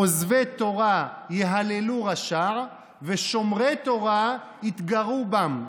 עוזבי תורה יהללו רשע ושומרי תורה יתגרו בם,